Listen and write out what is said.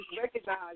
recognize